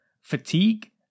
fatigue